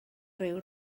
ryw